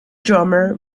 drummer